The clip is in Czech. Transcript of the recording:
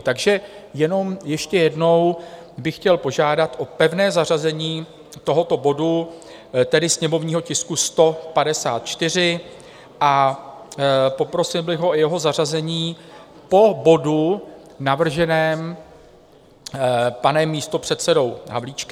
Takže jenom ještě jednou bych chtěl požádat o pevné zařazení tohoto bodu, tedy sněmovního tisku 154, a poprosil bych o jeho zařazení po bodu navrženém panem místopředsedou Havlíčkem.